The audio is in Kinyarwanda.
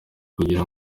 kugira